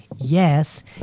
yes